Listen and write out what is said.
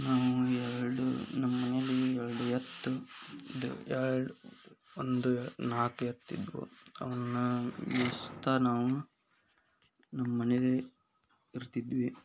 ನಾವು ಎರಡು ನಮ್ಮ ಮನೇಲಿ ಎರಡು ಎತ್ತು ದು ಎರಡು ಒಂದು ನಾಲ್ಕು ಎತ್ತಿದ್ದವು ಅವನ್ನು ಮೇಯ್ಸ್ತ ನಾವು ನಮ್ಮ ಮನೇಲಿ ಇರ್ತಿದ್ವಿ